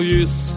use